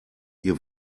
ihr